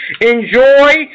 enjoy